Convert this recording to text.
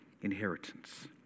inheritance